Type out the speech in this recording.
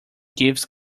gives